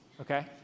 okay